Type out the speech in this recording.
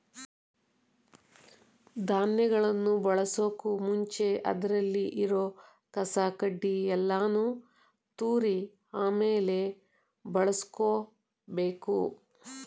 ಧಾನ್ಯಗಳನ್ ಬಳಸೋಕು ಮುಂಚೆ ಅದ್ರಲ್ಲಿ ಇರೋ ಕಸ ಕಡ್ಡಿ ಯಲ್ಲಾನು ತೂರಿ ಆಮೇಲೆ ಬಳುಸ್ಕೊಬೇಕು